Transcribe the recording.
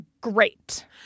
great